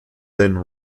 then